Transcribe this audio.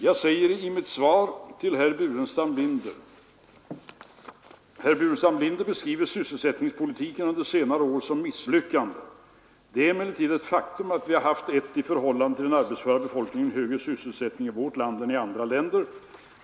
Jag säger i mitt svar till herr Burenstam Linder: ”Herr Burenstam Linder beskriver sysselsättningspolitiken under senare år som ett misslyckande. Det är emellertid ett faktum att vi haft en i förhållande till den arbetsföra befolkningen högre sysselsättning i vårt land än i andra jämförbara länder.